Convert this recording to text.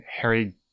Harry